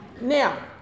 Now